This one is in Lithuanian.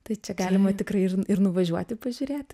tai čia galima tikrai ir ir nuvažiuoti pažiūrėti